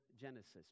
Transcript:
genesis